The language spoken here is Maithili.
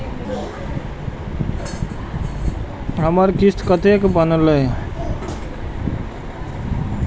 हमर किस्त कतैक बनले?